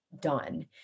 done